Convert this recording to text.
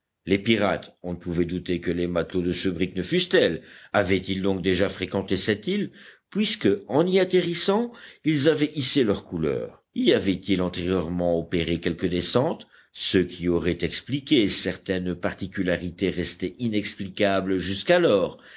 les pirates on ne pouvait douter que les matelots de ce brick ne fussent tels avaient-ils donc déjà fréquenté cette île puisque en y atterrissant ils avaient hissé leurs couleurs y avaient-ils antérieurement opéré quelque descente ce qui aurait expliqué certaines particularités restées inexplicables jusqu'alors